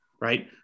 Right